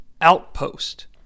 outpost